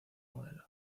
modelo